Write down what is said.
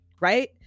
right